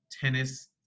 tennis